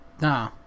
No